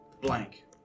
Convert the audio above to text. Blank